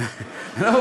לא,